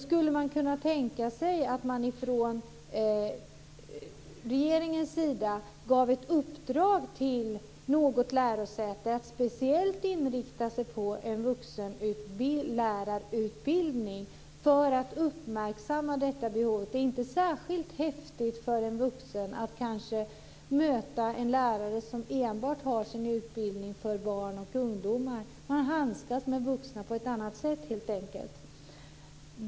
Skulle man kunna tänka sig att man från regeringens sida gav ett uppdrag åt något lärosäte att speciellt inrikta sig på en vuxenlärarutbildning för att uppmärksamma detta behov? Det är inte särskilt häftigt för en vuxen att kanske möta en lärare som enbart har sin utbildning för barn och ungdomar. Man handskas med vuxna på ett annat sätt, helt enkelt.